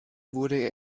wurde